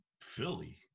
Philly